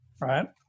right